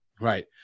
Right